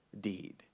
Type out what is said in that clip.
deed